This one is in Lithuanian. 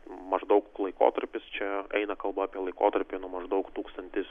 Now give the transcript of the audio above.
maždaug laikotarpis čia eina kalba apie laikotarpį nuo maždaug tūkstantis